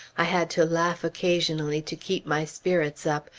i had to laugh occasionally to keep my spirits up,